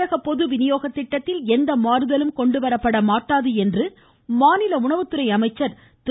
தமிழக பொது விநியோக திட்டத்தில் எந்த மாறுதலும் கொண்டுவரப்பட மாட்டாது என்று மாநில உணவுத்துறை அமைச்சர் திரு